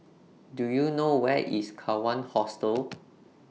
Do YOU know Where IS Kawan Hostel